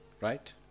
Right